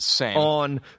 on